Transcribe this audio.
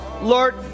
Lord